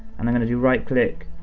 and i'm gonna do right click,